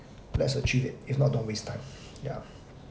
let's achieve it if not don't waste time yeah